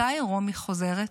מתי רומי חוזרת?